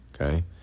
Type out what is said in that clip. okay